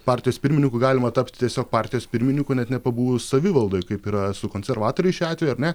partijos pirmininku galima tapti tiesiog partijos pirmininku net nepabuvus savivaldoj kaip yra su konservatoriais šiuo atveju ar ne